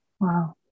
Wow